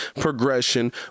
progression